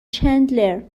چندلر